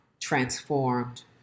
transformed